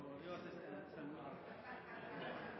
og vi kommer til å stemme